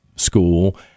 school